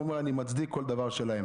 הוא אומר אני מצדיק כל דבר שלהם.